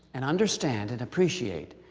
and understand, and appreciate,